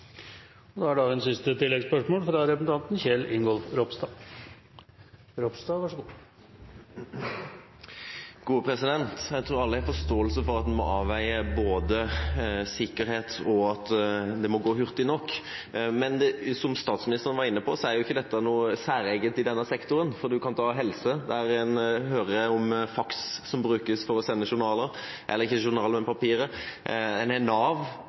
Kjell Ingolf Ropstad – til oppfølgingsspørsmål. Jeg tror alle har forståelse for at en må avveie sikkerhet, og at det må gå hurtig nok. Men som statsministeren var inne på, er jo ikke dette noe særegent i denne sektoren. En kan ta helse, der en hører at faks brukes for å sende papirer. En har Nav, som har store utfordringer. De bruker MS-DOS-baserte programmer, og har ti ulike programmer som ikke snakker sammen, slik at en